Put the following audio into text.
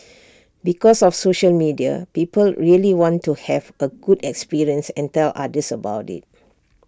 because of social media people really want to have A good experience and tell others about IT